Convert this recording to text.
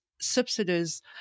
subsidies